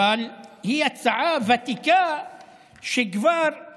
אבל היא הצעה ותיקה כבר של